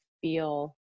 feel